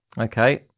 Okay